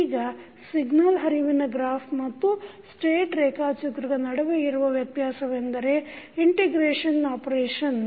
ಈಗ ಸಿಗ್ನಲ್ ಹರಿವಿನ ಗ್ರಾಫ್ ಮತ್ತು ಸ್ಟೇಟ್ ರೇಖಾಚಿತ್ರದ ನಡುವೆ ಇರುವ ವ್ಯತ್ಯಾಸವೆಂದರೆ ಇಂಟಿಗ್ರೇಷನ್ ಆಪರೇಷನ್